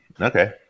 Okay